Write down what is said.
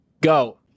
go